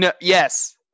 Yes